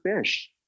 fish